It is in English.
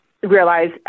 realize